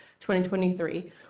2023